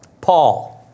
Paul